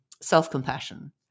self-compassion